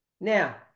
Now